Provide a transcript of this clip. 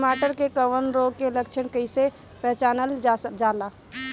टमाटर मे कवक रोग के लक्षण कइसे पहचानल जाला?